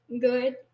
Good